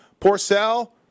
Porcel